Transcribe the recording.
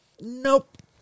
Nope